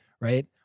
right